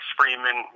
Freeman